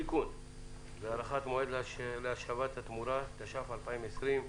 (תיקון) (הארכת המועד להשבת התמורה), התש"ף 2020.